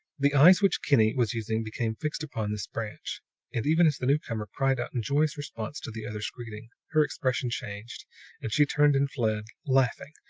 the eyes which kinney was using became fixed upon this branch and even as the newcomer cried out in joyous response to the other's greeting, her expression changed and she turned and fled, laughing,